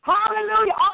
Hallelujah